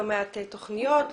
לא מעט תוכניות,